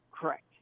Correct